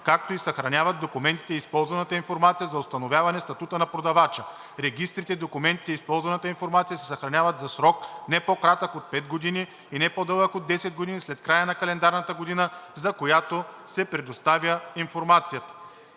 както и съхраняват документите и използваната информация за установяване статута на продавача. Регистрите, документите и използваната информация се съхраняват за срок не по-кратък от 5 години и не по-дълъг от 10 години след края на календарната година, за която се предоставя информацията.“